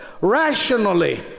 rationally